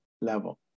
level